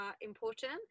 important